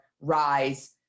Rise